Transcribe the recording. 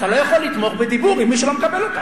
אתה לא יכול לתמוך בדיבור עם מי שלא מקבל אותם.